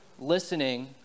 listening